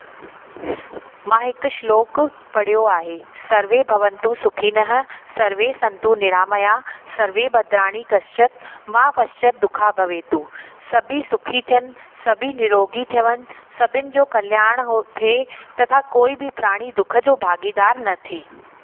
मां हिकु श्लोक पढ़ियो आहे सर्वे भवन्तु सुखिनः सर्वे सन्तु निरामयाः सर्वे भद्राणि पश्यन्तु मा कश्चित् दुःख भाग्भवेत् सभी सुखी थियनि सभी निरोगी थियनि सभिनि जो कल्याण उहो थिए तथा कोई बि प्राणी दुख जो भागीदार न थिए